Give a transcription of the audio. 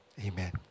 Amen